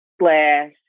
slash